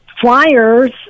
flyers